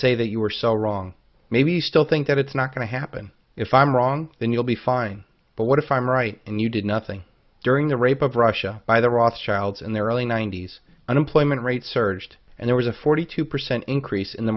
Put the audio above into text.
say that you were so wrong maybe still think that it's not going to happen if i'm wrong then you'll be fine but what if i'm right and you did nothing during the rape of russia by the rothschilds in their early nineties unemployment rate surged and there was a forty two percent increase in the